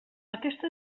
aquesta